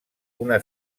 una